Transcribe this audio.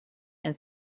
and